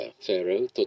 pharaoh